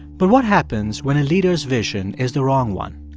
but what happens when a leader's vision is the wrong one?